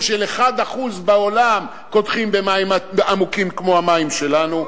ש-1% בעולם קודחים במים עמוקים כמו המים שלנו.